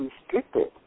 restricted